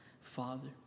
Father